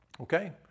Okay